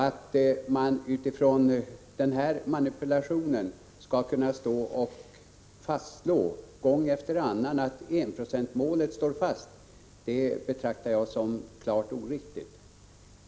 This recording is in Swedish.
Att man utifrån den här manipulationen skall kunna stå och fastslå gång efter annan att enprocentsmålet står fast, betraktar jag som klart oriktigt.